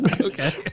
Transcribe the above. Okay